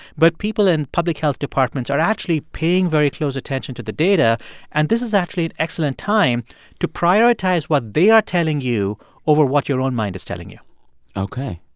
but people in public health departments are actually paying very close attention to the data, and this is actually an excellent time to prioritize what they are telling you over what your own mind is telling you ok,